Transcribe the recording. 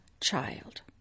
child